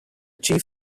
chief